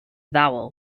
vowel